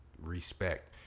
Respect